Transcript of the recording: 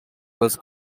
was